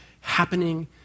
happening